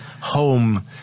home